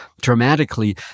dramatically